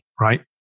right